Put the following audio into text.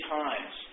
times